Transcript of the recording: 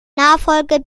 nachfolger